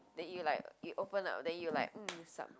that you like you open up then you like mm sup